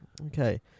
Okay